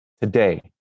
today